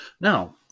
Now